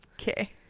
Okay